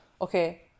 okay